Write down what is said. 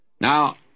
Now